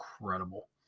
incredible